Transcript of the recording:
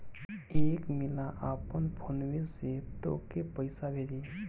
एक मिला आपन फोन्वे से तोके पइसा भेजी